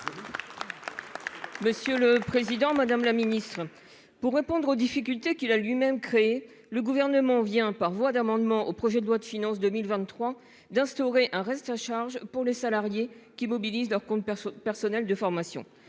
Monsieur le Président Madame la Ministre pour répondre aux difficultés qu'il a lui-même créé le gouvernement vient par voie d'amendement au projet de loi de finances 2023, d'instaurer un reste à charge pour les salariés qui mobilisent leurs comptes personnels de formation